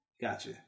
Gotcha